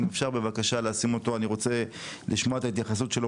אם אפשר לשים אותו אני רוצה לשמוע את ההתייחסות שלו